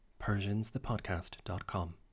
persiansthepodcast.com